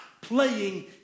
playing